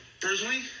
personally